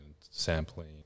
sampling